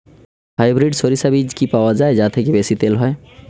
Hybrid শরিষা বীজ কি পাওয়া য়ায় যা থেকে বেশি তেল হয়?